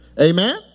Amen